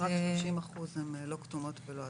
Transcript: רק 30 אחוזים מהרשויות הן לא כתומות לא אדומות.